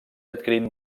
adquirint